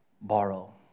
borrow